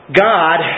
God